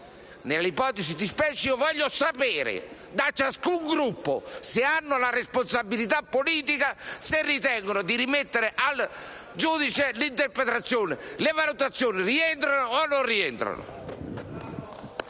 Nell'ipotesi di specie voglio sapere da ciascun Gruppo, che si assume così la propria responsabilità politica, se ritiene di rimettere al giudice l'interpretazione: le valutazioni rientrano o non rientrano?